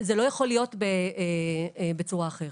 זה לא יכול להיות בצורה אחרת.